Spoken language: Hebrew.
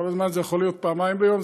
כל הזמן זה יכול להיות פעמיים ביום,